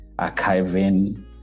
archiving